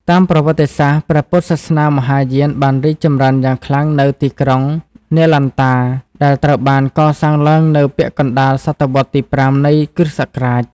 តាមប្រវត្តិសាស្ត្រ ព្រះពុទ្ធសាសនាមហាយានបានរីកចម្រើនយ៉ាងខ្លាំងនៅ ទីក្រុងនាលន្តា ដែលត្រូវបានកសាងឡើងនៅពាក់កណ្តាលសតវត្សរ៍ទី ៥ នៃគ.ស.។